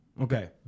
Okay